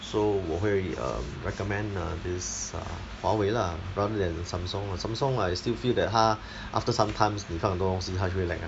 so 我会 um recommend uh this uh 华为 lah rather than the Samsung Samsung I still feel that 它 after some times 你放很多东西它就会 lag lah